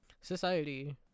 Society